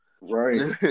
Right